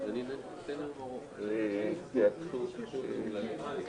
כי אם אין חוות דעת אפידמיולוגית שאומרת את הדברים האלה בבסיס,